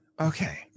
okay